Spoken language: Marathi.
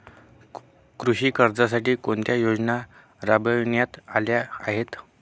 कृषी कर्जासाठी कोणत्या योजना राबविण्यात आल्या आहेत?